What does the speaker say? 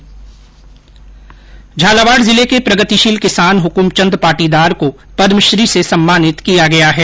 झालावाड जिले के प्रगतिशील किसान हक्मचंद पाटीदार को पदमश्री से सम्मानित किया गया है